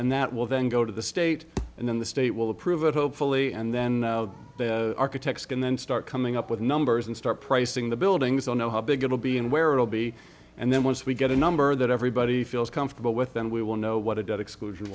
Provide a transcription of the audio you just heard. and that will then go to the state and then the state will approve it hopefully and then architects can then start coming up with numbers and start pricing the buildings don't know how big it will be and where it will be and then once we get a number that everybody feels comfortable with then we will know what a debt exclusion